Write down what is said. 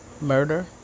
murder